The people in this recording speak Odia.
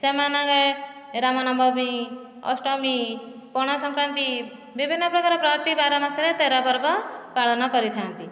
ସେମାନେ ରାମନବମୀ ଅଷ୍ଟମୀ ପଣା ସଂକ୍ରାନ୍ତି ବିଭିନ୍ନ ପ୍ରକାର ପ୍ରତି ବାର ମାସରେ ତେର ପର୍ବ ପାଳନ କରିଥାନ୍ତି